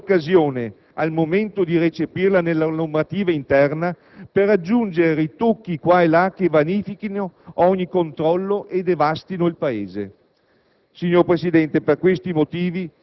Sperando poi che non si colga l'occasione, al momento di recepirla nella normativa interna, per aggiungere ritocchi qua e là che vanifichino ogni controllo e devastino il Paese.